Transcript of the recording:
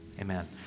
Amen